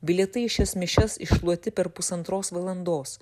bilietai į šias mišias iššluoti per pusantros valandos